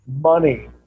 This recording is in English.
money